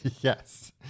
yes